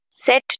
Set